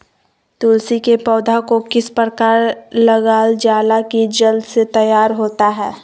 तुलसी के पौधा को किस प्रकार लगालजाला की जल्द से तैयार होता है?